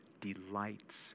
delights